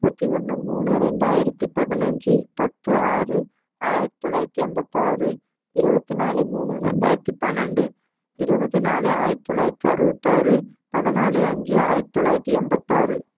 முப்பத்தி ஒன்று மூணு ரெண்டாயிரத்தி பதினஞ்சு பத்து ஆறு ஆயிரத்தி தொள்ளாயிரத்தி எண்பத்தாறு இருபத்தி நாலு மூணு ரெண்டாயிரத்தி பன்னெண்டு இருபது நாலு ஆயிரத்தி தொள்ளாயிரத்தி அறுபத்தாறு பதினாலு அஞ்சு ஆயிரத்தி தொள்ளாயிரத்தி எண்பத்தாறு